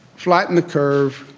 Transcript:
flatten the curve.